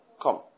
Come